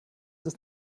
ist